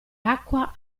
acqua